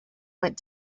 went